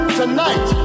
tonight